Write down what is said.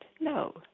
No